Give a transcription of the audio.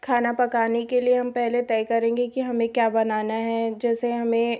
खाना पकाने के लिए हम पहले तय करेंगे कि हमें क्या बनाना है जैसे हमें